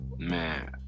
Man